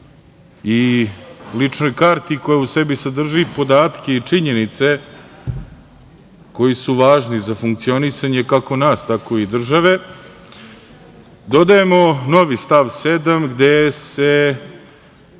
i ličnoj karti koja u sebi sadrži podatke i činjenice koji su važni za funkcionisanje kako nas, tako i države, dodajemo novi stav 7. gde se